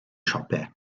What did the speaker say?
siopau